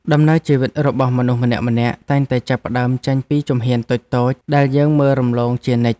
ដំណើរជីវិតរបស់មនុស្សម្នាក់ៗតែងតែចាប់ផ្ដើមចេញពីជំហានតូចៗដែលយើងមើលរំលងជានិច្ច។